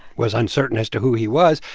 was uncertain as to who he was.